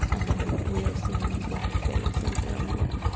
and we are seeing blackface in colombia.